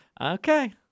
Okay